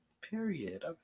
period